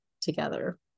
together